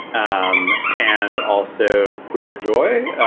um and also, queried joy.